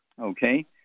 Okay